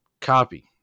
copy